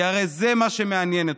כי הרי זה מה שמעניין אתכם,